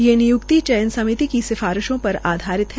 ये निय्क्ति चयन समिति की सिफारिशों पर आधारित है